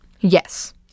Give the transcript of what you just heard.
Yes